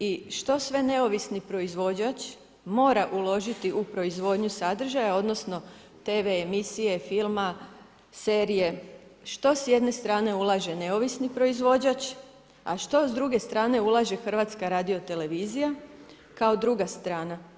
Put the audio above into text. I što sve neovisni proizvođač mora uložiti u proizvodnju sadržaja odnosno TV emisije, filma, serije, što s jedne strane ulaže neovisni proizvođač, a što s druge strane ulaže HRT kao druga strana.